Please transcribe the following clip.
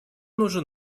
нужен